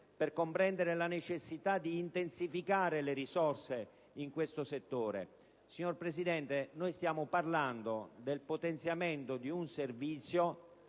a comprendere la necessità di aumentare le risorse destinate a questo settore. Signor Presidente, stiamo parlando del potenziamento di un servizio